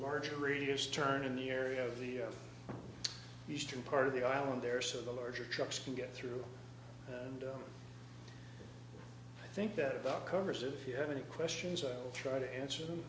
larger radius turn in the area of the eastern part of the island there so the larger trucks can get through and i think that about covers if you have any questions i'll try to answer